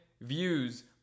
views